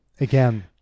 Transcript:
again